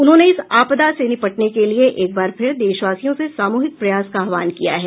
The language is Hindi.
उन्होंने इस आपदा से निपटने के लिए एक बार फिर देशवासियों से सामूहिक प्रयास का आहवान किया है